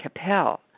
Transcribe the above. Capel